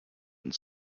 been